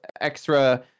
extra